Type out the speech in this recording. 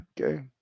okay